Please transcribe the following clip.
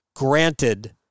Granted